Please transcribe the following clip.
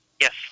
Yes